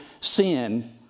sin